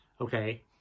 Okay